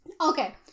okay